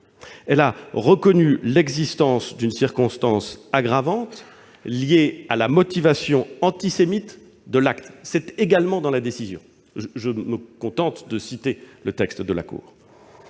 Elle a reconnu « l'existence d'une circonstance aggravante liée à la motivation antisémite de l'acte ». C'est également dans la décision ; je me contente de citer le texte de la cour